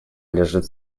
лежит